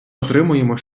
отримуємо